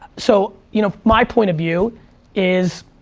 so, you know, my point of view is,